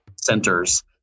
centers